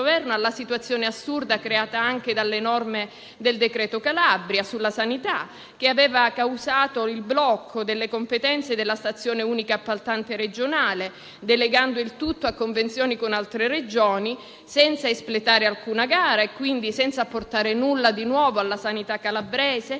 decreto-legge n. 35 del 2019 (il cosiddetto decreto Calabria) sulla sanità, che aveva causato il blocco delle competenze della stazione unica appaltante regionale, delegando il tutto a convenzioni con altre Regioni, senza espletare alcuna gara e, quindi, senza portare nulla di nuovo alla sanità calabrese,